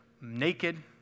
naked